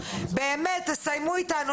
באמת, תסיימו איתנו.